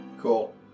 Cool